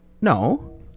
No